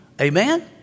Amen